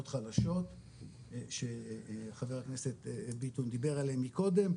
חלשות שחבר הכנסת ביטון דיבר עליהם מקודם.